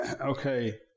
Okay